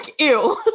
ew